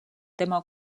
tema